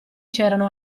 c’erano